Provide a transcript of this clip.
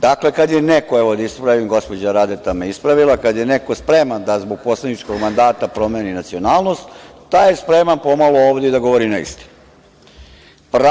Dakle, evo da se ispravim, gospođa Radeta me ispravila – kad je neko spreman da zbog poslaničkog mandata promeni nacionalnost, taj je spreman pomalo ovde i da govori neistinu.